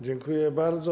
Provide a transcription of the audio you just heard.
Dziękuję bardzo.